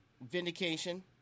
vindication